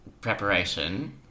preparation